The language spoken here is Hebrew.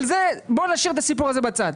את הסיפור הזה נשאיר בצד.